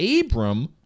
Abram